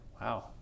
Wow